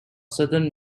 southern